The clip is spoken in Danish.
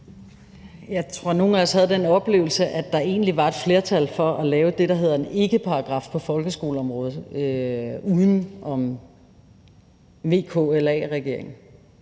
Jeg tror, at nogle af os havde den oplevelse, at der egentlig var et flertal for at lave det, der hedder en ikkeparagraf, på folkeskoleområdet uden om VKLA-regeringen